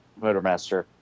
Motormaster